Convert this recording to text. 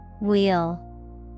Wheel